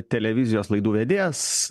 televizijos laidų vedėjas